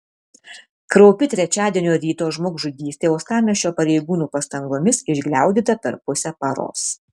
kraupi trečiadienio ryto žmogžudystė uostamiesčio pareigūnų pastangomis išgliaudyta per pusę paros